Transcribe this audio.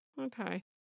okay